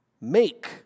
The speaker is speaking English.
make